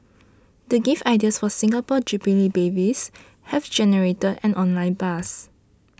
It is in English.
the gift ideas for Singapore Jubilee babies have generated an online buzz